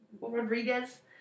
Rodriguez